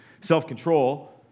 self-control